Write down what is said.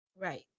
right